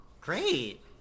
Great